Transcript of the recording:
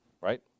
right